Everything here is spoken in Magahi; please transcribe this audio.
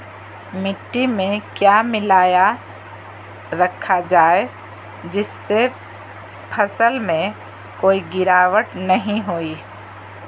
मिट्टी में क्या मिलाया रखा जाए जिससे फसल में कोई गिरावट नहीं होई?